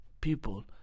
people